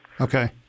Okay